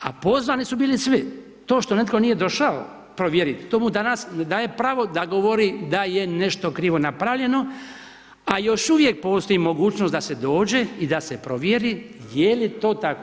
A pozvani su bili svi, to što netko nije došao provjeriti to mu danas ne daje pravo da govori da je nešto krivo napravljeno, a još uvijek postoji mogućnost da se dođe i da se provjeri jel je to tako.